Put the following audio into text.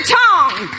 tongue